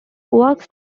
works